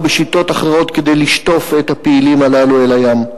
בשיטות אחרות כדי לשטוף את הפעילים הללו אל הים.